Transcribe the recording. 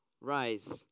Rise